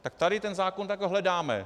Tak tady ten zákon, tak ho hledáme.